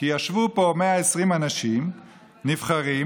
כי ישבו פה 120 אנשים נבחרים,